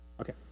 Okay